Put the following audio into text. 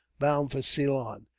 bound for ceylon,